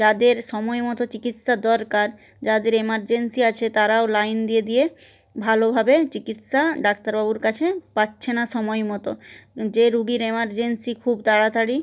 যাদের সময় মতো চিকিৎসার দরকার যাদের এমার্জেন্সি আছে তারাও লাইন দিয়ে দিয়ে ভালোভাবে চিকিৎসা ডাক্তারবাবুর কাছে পাচ্ছে না সময়মতো যে রুগির এমার্জেন্সি খুব তাড়াতাড়ি